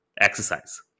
exercise